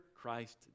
Christ